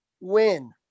Win